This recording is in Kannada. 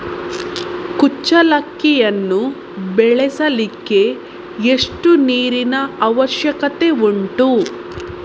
ಕುಚ್ಚಲಕ್ಕಿಯನ್ನು ಬೆಳೆಸಲಿಕ್ಕೆ ಎಷ್ಟು ನೀರಿನ ಅವಶ್ಯಕತೆ ಉಂಟು?